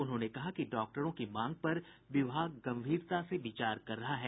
उन्होंने कहा कि डॉक्टरों की मांग पर विभाग गंभीरता से विचार कर रहा है